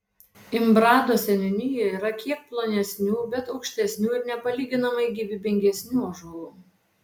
imbrado seniūnijoje yra kiek plonesnių bet aukštesnių ir nepalyginamai gyvybingesnių ąžuolų